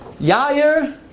Yair